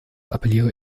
appelliere